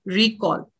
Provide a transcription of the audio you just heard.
recall